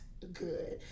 good